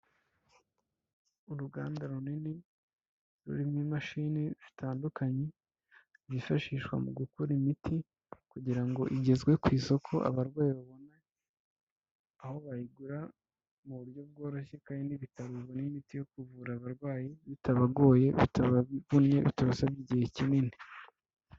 Uruganda runini rurimo imashini zitandukanye zifashishwa mu gukora imiti kugira ngo igezwe ku isoko abarwayi babone aho bayigura mu buryo bworoshye kandi bakabona imiti yo kuvura abarwayi bitabagoye, bitabagombye, bitabasaba igihe kinini.